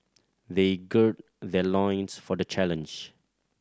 they gird their loins for the challenge